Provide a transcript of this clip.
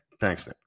Thanks